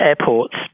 airports